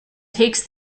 takes